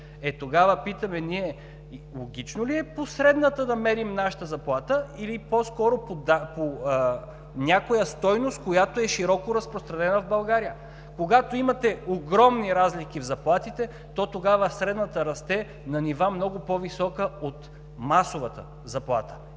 тогава – питаме ние – логично ли е по средната да мерим нашата заплата, или по-скоро по някоя стойност, която е широко разпространена в България? Когато имате огромни разлики в заплатите, то тогава средната расте на нива много по-високи от масовата заплата.